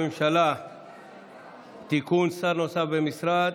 הממשלה (תיקון, שר נוסף במשרד)